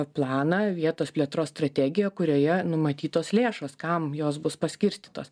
planą vietos plėtros strategiją kurioje numatytos lėšos kam jos bus paskirstytos